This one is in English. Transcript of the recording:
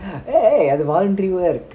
eh eh அது:adhu voluntary work